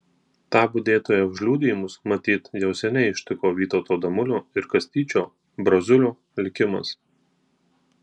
tą budėtoją už liudijimus matyt jau seniai ištiko vytauto damulio ir kastyčio braziulio likimas